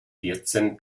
vierzehn